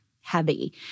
heavy